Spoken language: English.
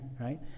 right